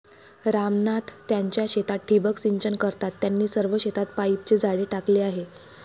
राम नाथ त्यांच्या शेतात ठिबक सिंचन करतात, त्यांनी सर्व शेतात पाईपचे जाळे टाकले आहे